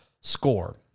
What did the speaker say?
SCORE